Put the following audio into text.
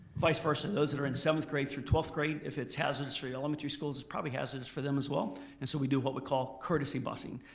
vice versa those that are in seventh grade through twelfth grade, if it's hazardous for elementary schoolers it's probably hazardous for them as well and so we do what we call courtesy busing.